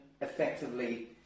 effectively